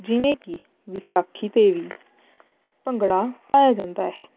ਜਿਵੇਂ ਕਿ ਵਿਸਾਖੀ 'ਤੇ ਵੀ ਭੰਗੜਾ ਪਾਇਆ ਜਾਂਦਾ ਹੈ